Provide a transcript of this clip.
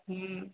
ହଁ